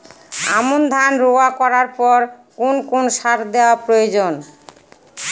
আমন ধান রোয়া করার পর কোন কোন সার দেওয়া প্রয়োজন?